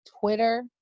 Twitter